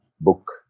book